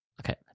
Okay